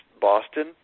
Boston